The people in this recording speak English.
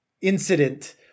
incident